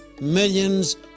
millions